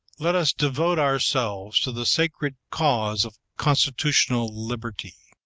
let us devote ourselves to the sacred cause of constitutional liberty!